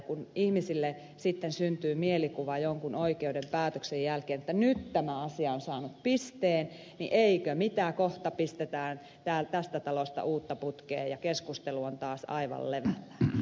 kun ihmisille sitten syntyy mielikuva jonkun oikeuden päätöksen jälkeen että nyt tämä asia on saanut pisteen niin eikö mitä kohta pistetään tästä talosta uutta putkeen ja keskustelu on taas aivan levällään